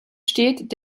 steht